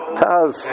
taz